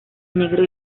negro